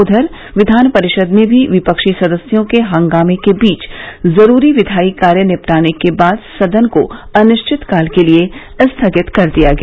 उधर विधान परिषद में भी विपक्षी सदस्यों के हंगामे के बीच जरूरी विद्यायी कार्य निपटाने के बाद सदन को अनिश्चित काल के लिये स्थगित कर दिया गया